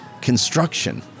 construction